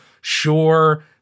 sure